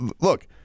Look